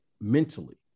mentally